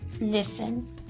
listen